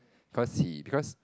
cause he because